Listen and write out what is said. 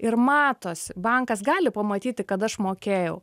ir matosi bankas gali pamatyti kad aš mokėjau